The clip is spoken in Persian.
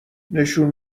نشون